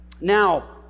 Now